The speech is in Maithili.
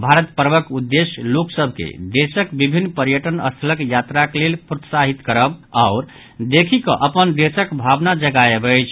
भारत पर्वक उद्देश्य लोकसभ के देशक विभिन्न पर्यटन स्थलक यात्राक लेल प्रोत्साहित करब आओर देखि कऽ अपन देशक भावना जगयबाक अछि